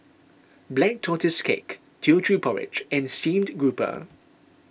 Black Tortoise Cake Teochew Porridge and Steamed Grouper